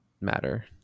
matter